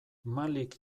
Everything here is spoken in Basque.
malik